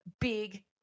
big